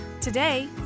Today